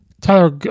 Tyler